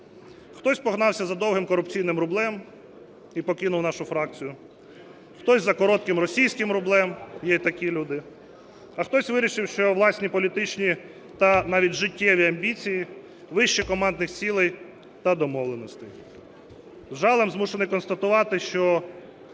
Хтось погнався за довгим корупційним рублем і покинув нашу фракцію. Хтось – за коротким російським рублем, є і такі люди. А хтось вирішив, що власні політичні та навіть життєві амбіції вище командних цілей та домовленостей. З жалем змушений констатувати, що